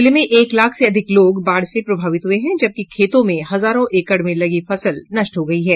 जिले में एक लाख से अधिक लोग बाढ़ से प्रभावित हुये हैं जबकि खेतों में हजारों एकड़ में लगी फसल नष्ट हो गयी है